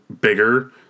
bigger